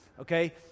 Okay